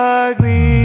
ugly